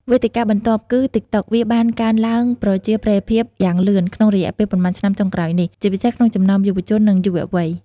វេទិកាបន្ទាប់គឺ ទីកតុក វាបានកើនឡើងប្រជាប្រិយភាពយ៉ាងលឿនក្នុងរយៈពេលប៉ុន្មានឆ្នាំចុងក្រោយនេះ ជាពិសេសក្នុងចំណោមយុវជន និងយុវវ័យ។